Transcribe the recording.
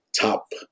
top